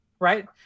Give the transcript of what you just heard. right